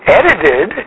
edited